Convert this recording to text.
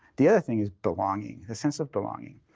the other thing is belonging, a sense of belonging.